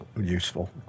useful